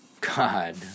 God